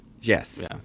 Yes